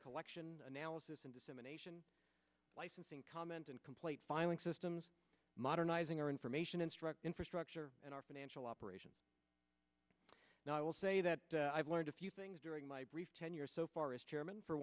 collection analysis and dissemination licensing comment and complaint filing systems modernizing our information instruct infrastructure and our financial operations and i will say that i've learned a few things during my brief tenure so far as chairman for